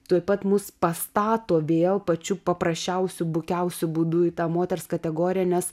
tuoj pat mus pastato vėl pačiu paprasčiausiu bukiausiu būdu į tą moters kategoriją nes